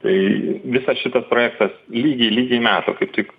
tai visas šitas projektas lygiai lygiai metų kaip tik